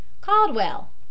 Caldwell